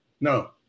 No